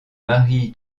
marie